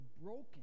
broken